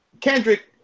Kendrick